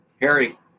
Harry